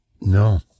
No